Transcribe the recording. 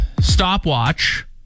stopwatch